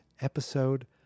episode